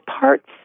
parts